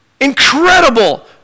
incredible